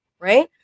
right